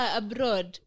abroad